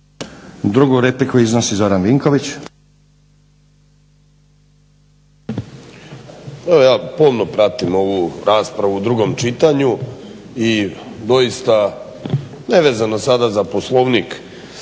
Vinković. **Vinković, Zoran (HDSSB)** Evo ja pomno pratim ovu raspravu u 2. čitanju i doista nevezano sada za Poslovnik